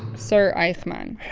sir eichmann.